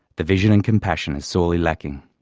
the vision and compassion is sorely lacking.